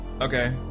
Okay